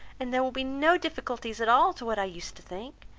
and there will be no difficulties at all, to what i used to think.